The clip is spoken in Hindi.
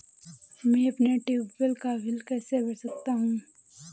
मैं अपने ट्यूबवेल का बिल कैसे भर सकता हूँ?